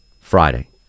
Friday